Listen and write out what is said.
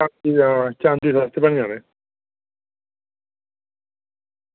आं चांदी दे बी बनी जाने